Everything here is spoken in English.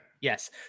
Yes